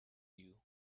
you